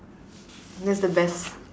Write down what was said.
that's the best